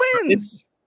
wins